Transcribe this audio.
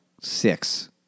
six